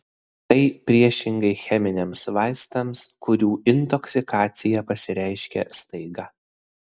tai priešingai cheminiams vaistams kurių intoksikacija pasireiškia staiga